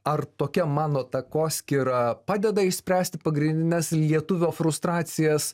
ar tokia mano takoskyra padeda išspręsti pagrindines lietuvio frustracijas